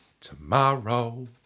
tomorrow